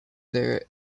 their